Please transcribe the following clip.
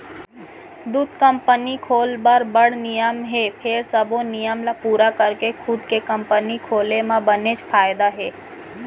दूद कंपनी खोल बर बड़ नियम हे फेर सबो नियम ल पूरा करके खुद के कंपनी खोले म बनेच फायदा हे